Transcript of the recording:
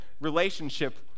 relationship